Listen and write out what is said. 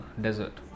desert